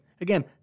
Again